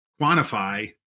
quantify